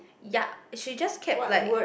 ya she just kept like